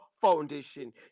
foundation